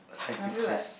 I feel like